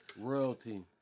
Royalty